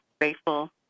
grateful